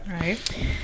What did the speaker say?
right